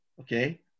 Okay